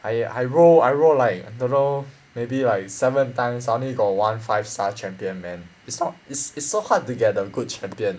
I I roll I roll like don't know maybe like seven times I only got one five star champion man it's so it's it's so hard to get the good champion